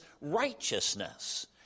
righteousness